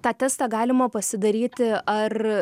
tą testą galima pasidaryti ar